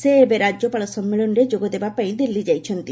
ସେ ଏବେ ରାଜ୍ୟପାଳ ସମ୍ମିଳନୀ ଯୋଗଦେବା ପାଇଁ ଦିଲ୍ଲୀ ଯାଇଛନ୍ତି